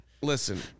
listen